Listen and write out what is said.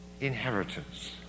inheritance